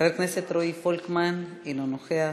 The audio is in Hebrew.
חבר הכנסת רועי פולקמן, אינו נוכח,